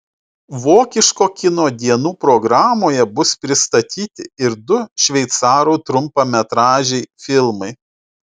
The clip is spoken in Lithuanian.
vokiško kino dienų programoje bus pristatyti ir du šveicarų trumpametražiai filmai